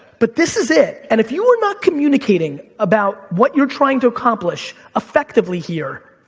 but this is it, and if you are not communicating about what you're trying to accomplish effectively here,